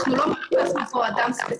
אנחנו לא חיפשנו פה אדם ספציפי,